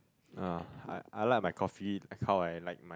ah I I like my coffee like how I like my